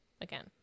again